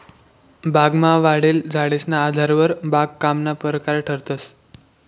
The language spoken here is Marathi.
बागमा वाढेल झाडेसना आधारवर बागकामना परकार ठरतंस